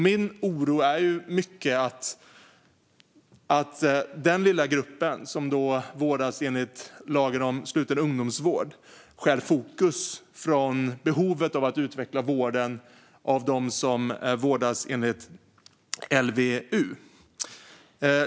Min oro är i mycket att den lilla grupp som vårdas enligt lagen om sluten ungdomsvård stjäl fokus från behovet av att utveckla vården av dem som vårdas enligt LVU.